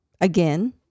again